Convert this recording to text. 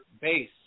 base